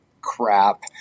crap